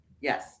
Yes